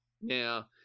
Now